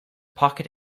pocket